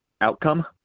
outcome